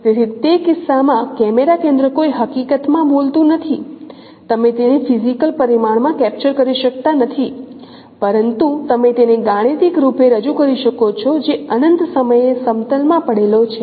તેથી તે કિસ્સામાં કેમેરા કેન્દ્ર કોઈ હકીકત માં બોલતું નથી તમે તેને ફિઝીકલ પરિમાણ માં કેપ્ચર કરી શકતા નથી પરંતુ તમે તેને ગાણિતિક રૂપે રજૂ કરી શકો છો જે અનંત સમયે સમતલ માં પડેલો છે